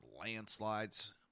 landslides